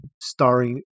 starring